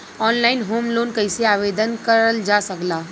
Online home loan कैसे आवेदन करल जा ला?